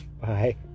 bye